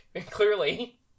Clearly